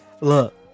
Look